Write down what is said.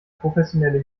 professionelle